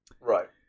Right